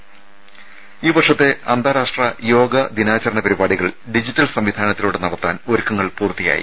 ത ഈ വർഷത്തെ അന്താരാഷ്ട്ര യോഗ ദിനാചരണ പരിപാടികൾ ഡിജിറ്റൽ സംവിധാനത്തിലൂടെ നടത്താൻ ഒരുക്കങ്ങൾ പൂർത്തിയായി